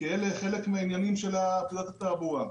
אלה חלק מהעניינים של פקודות התעבורה.